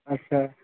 अच्छा